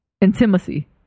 Intimacy